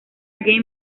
game